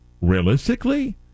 Realistically